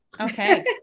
Okay